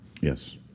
Yes